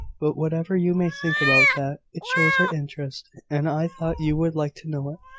but, whatever you may think about that, it shows her interest, and i thought you would like to know it.